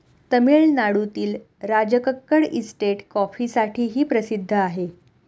तामिळनाडूतील राजकक्कड इस्टेट कॉफीसाठीही प्रसिद्ध आहे